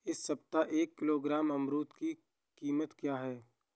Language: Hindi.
इस सप्ताह एक किलोग्राम अमरूद की कीमत क्या है?